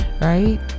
right